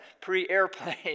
pre-airplane